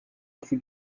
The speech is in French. plus